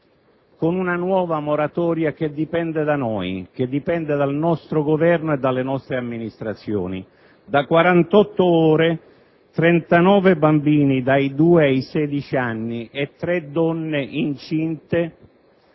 con una nuova moratoria che dipende da noi, dal nostro Governo e dalle nostre amministrazioni. Da 48 ore 39 bambini dai 2 ai 16 anni e tre donne incinte,